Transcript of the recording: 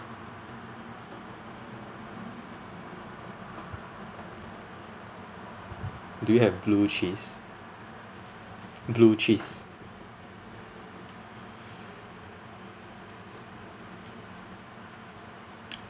do you have blue cheese blue cheese